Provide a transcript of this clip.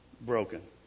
broken